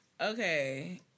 Okay